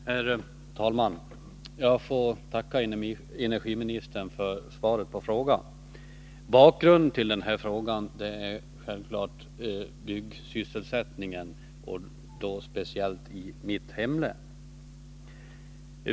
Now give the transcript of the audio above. Herr talman! Jag får tacka energiministern för svaret på frågan. Bakgrunden till denna fråga är självfallet byggsysselsättningen, speciellt i mitt hemlän.